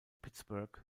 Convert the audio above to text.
pittsburgh